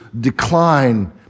decline